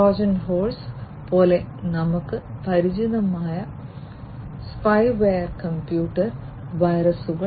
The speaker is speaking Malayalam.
ട്രോജൻ ഹോഴ്സ് പോലെ നമുക്ക് പരിചിതമായ സ്പൈവെയർ കമ്പ്യൂട്ടർ വൈറസുകൾ